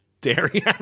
Dairy